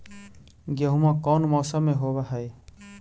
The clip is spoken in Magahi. गेहूमा कौन मौसम में होब है?